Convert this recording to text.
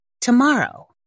tomorrow